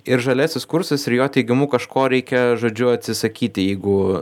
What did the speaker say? ir žaliasis kursas ir jo teigimu kažko reikia žodžiu atsisakyti jeigu